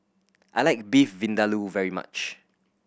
I like Beef Vindaloo very much